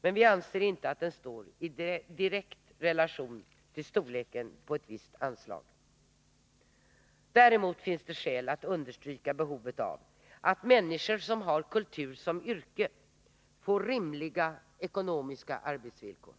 Men vi anser inte att den står i direkt relation till storleken på ett visst anslag. Det finns skäl att understryka behovet av att människor som har kultur som yrke får rimliga ekonomiska arbetsvillkor.